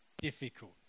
difficult